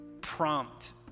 prompt